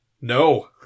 No